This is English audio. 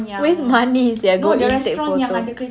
waste money sia go in take photo